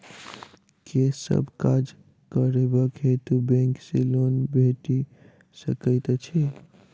केँ सब काज करबाक हेतु बैंक सँ लोन भेटि सकैत अछि?